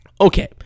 Okay